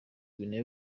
guinee